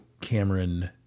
Cameron